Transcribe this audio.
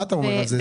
מה אתה אומר על זה?